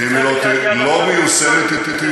ואם היא לא מיושמת היא תיושם,